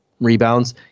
rebounds